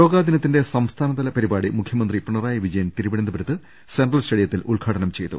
യോഗാ ദിനത്തിന്റെ സംസ്ഥാനതല പരിപാടി മുഖ്യമന്ത്രി പിണറായി വിജയൻ തിരുവനന്തപുരത്ത് സെൻട്രൽ സ്റ്റേഡി യത്തിൽ ഉദ്ഘാടനം ചെയ്തു